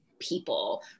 people